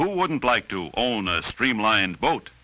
who wouldn't like to own a streamlined boat